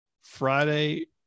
Friday